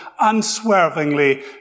unswervingly